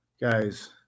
Guys